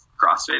CrossFit